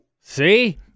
See